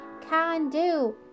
can-do